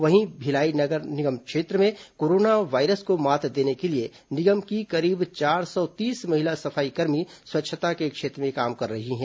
वहीं भिलाई निगम क्षेत्र में कोरोना वायरस को मात देने के लिए निगम की करीब चार सौ तीस महिला सफाईकर्मी स्वच्छता के क्षेत्र में काम कर रही हैं